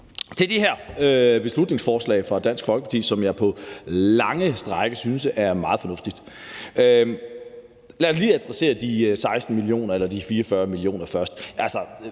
til det her beslutningsforslag fra Dansk Folkeparti, som jeg på lange stræk synes er meget fornuftigt. Jeg vil lige adressere de 16 mio. kr. eller de 44 mio. kr. først.